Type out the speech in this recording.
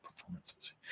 performances